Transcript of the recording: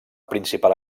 principal